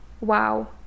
wow